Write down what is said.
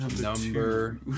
number